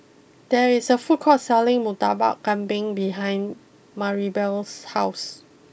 there is a food court selling Murtabak Kambing behind Maribel's house